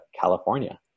California